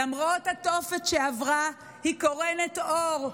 למרות התופת שעברה היא קורנת אור,